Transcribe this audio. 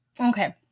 Okay